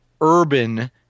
urban